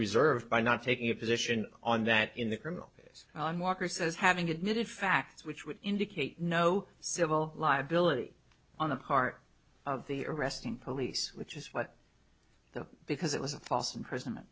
reserved by not taking a position on that in the criminal case walker says having admitted facts which would indicate no civil liability on the part of the arresting police which is what the because it was a false imprisonment